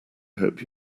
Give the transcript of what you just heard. hope